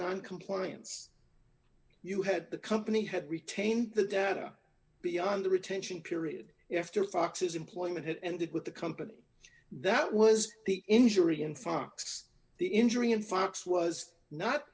noncompliance you had the company had retained the data beyond the retention period after fox's employment had ended with the company that was the injury in fox the injury in fox was not